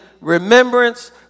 remembrance